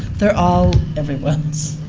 they're all everyone's.